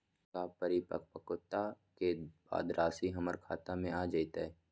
का परिपक्वता के बाद राशि हमर खाता में आ जतई?